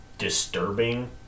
disturbing